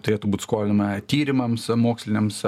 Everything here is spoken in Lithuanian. turėtų būt skolinama tyrimams moksliniams